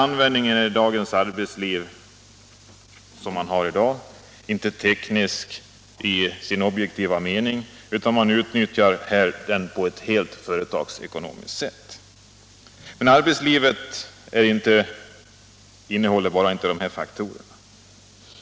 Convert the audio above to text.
Den används i dagens arbetsliv inte som en teknik i vanlig mening utan utnyttjas på ett företagsekonomiskt sätt. Men arbetslivet innehåller inte bara nämnda faktorer.